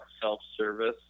self-service